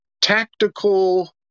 tactical